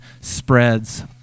spreads